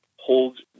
hold